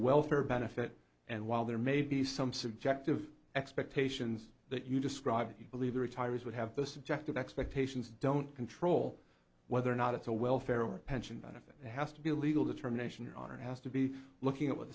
welfare benefit and while there may be some subjective expectations that you describe that you believe the retirees would have those subjective expectations don't control whether or not it's a welfare or pension benefit has to be a legal determination on or has to be looking at what